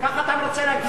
ככה אתה רוצה להגיד.